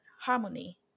harmony